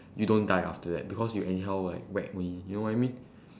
you don't die after that because you anyhow like whack only you know what I mean